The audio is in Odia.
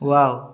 ୱାଓ